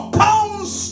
pounds